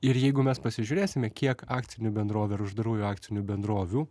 ir jeigu mes pasižiūrėsime kiek akcinių bendrovių ar uždarųjų akcinių bendrovių